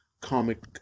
comic